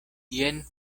jen